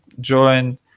join